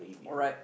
alright